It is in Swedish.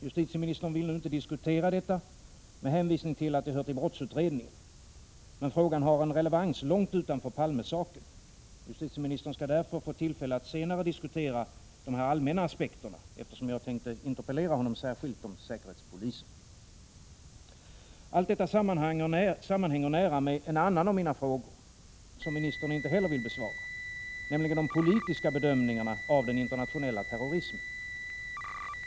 Justitieministern vill inte diskutera detta med hänvisning till att det hör till brottsutredningen. Men frågan har en relevans långt utanför Palme-saken. Justitieministern skall därför få tillfälle att senare diskutera de allmänna aspekterna, eftersom jag har tänkt interpellera honom särskilt om säkerhetspolisen. Allt detta sammanhänger nära med en annan av mina frågor, som ministern inte heller vill besvara, nämligen de politiska bedömningarna av den internationella terrorismen.